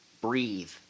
Breathe